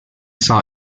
saw